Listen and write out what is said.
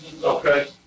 Okay